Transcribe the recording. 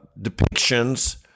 depictions